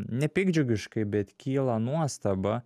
nepiktdžiugiškai bet kyla nuostaba